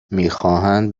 میخواهند